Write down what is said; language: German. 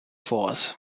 force